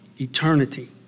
Eternity